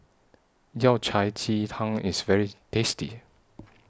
Yao Cai Ji Tang IS very tasty